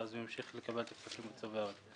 ואז הוא ימשיך לקבל פנסיה צוברת.